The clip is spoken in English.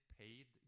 paid